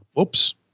Oops